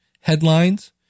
headlines